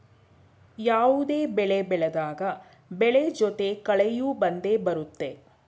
ಯಾವುದೇ ಬೆಳೆ ಬೆಳೆದಾಗ ಬೆಳೆ ಜೊತೆ ಕಳೆಯೂ ಬಂದೆ ಬರುತ್ತೆ